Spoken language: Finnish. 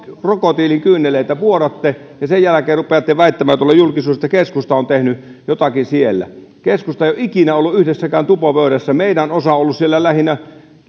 krokotiilinkyyneleitä vuodatte ja sen jälkeen rupeatte väittämään julkisuudessa että keskusta on tehnyt jotakin siellä keskusta ei ole ikinä ollut yhdessäkään tupo pöydässä meidän osamme on ollut lähinnä